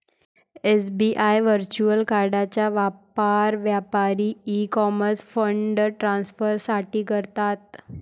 SBI virtual कार्डचा वापर व्यापारी ई कॉमर्स फंड ट्रान्सफर साठी करतात